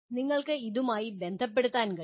നിങ്ങൾക്ക് ഇതുമായി ബന്ധപ്പെടുത്താൻ കഴിയും